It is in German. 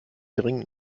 dringend